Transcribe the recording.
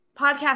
podcast